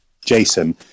Jason